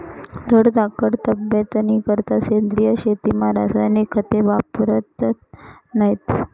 धडधाकट तब्येतनीकरता सेंद्रिय शेतीमा रासायनिक खते वापरतत नैत